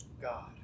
God